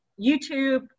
YouTube